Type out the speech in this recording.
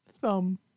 Thumb